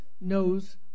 knows